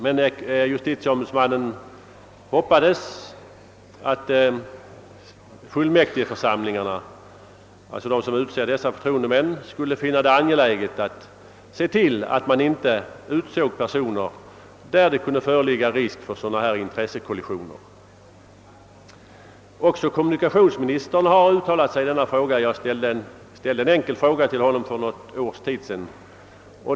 Men justitieombudsmannen hoppades att fullmäktigeförsamlingarna, alltså de som utser dessa förtroendemän, skulle finna det angeläget att inte välja personer beträffande vilka det kunde föreligga sådana här intressekollisioner. Kommunikationsministern har också uttalat sig i liknande riktning, när jag ställde en enkel fråga till honom för någon tid sedan.